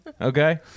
okay